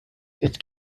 its